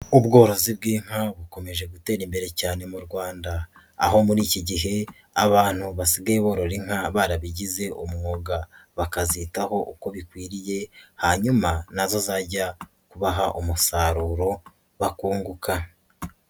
Ubworozi bw'inka bukomeje gutera imbere cyane mu Rwanda, aho muri iki gihe abantu basigaye borora inka barabigize umwuga, bakazitaho uko bikwiriye hanyuma na zo zajya kubaha umusaruro bakunguka.